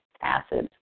acid